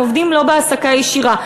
הם עובדים לא בהעסקה ישירה.